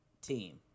team